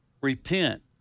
repent